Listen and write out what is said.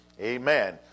amen